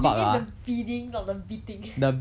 you mean the bidding not the beating